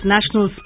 National